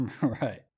right